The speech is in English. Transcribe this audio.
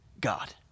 God